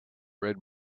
red